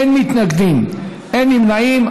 אין מתנגדים, אין נמנעים.